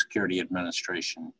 security administration